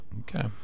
Okay